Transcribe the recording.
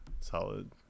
solid